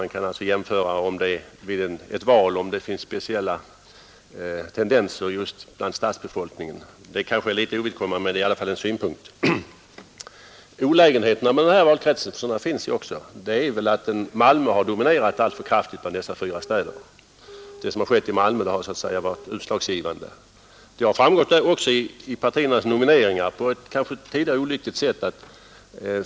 Man kan vid ett val jämföra och se om det finns speciella tendenser just bland stadsbefolkningen. Det är kanske litet ovidkommande men i alla fall en synpunkt. En olägenhet med fyrstadsvalkretsen — sådana finns också — är väl att Malmö dominerat alltför kraftigt bland dessa fyra städer. Det som skett i Malmö har varit utslagsgivande. Det har tidigare på ett kanske olyckligt sätt framgått av partiernas nomineringar.